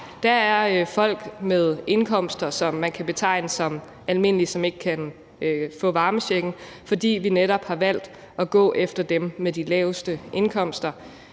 Der er folk med indkomster, som man kan betegne som almindelige, som ikke kan få varmechecken, fordi vi netop har valgt at gå efter dem med de laveste indkomster,